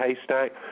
haystack